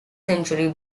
century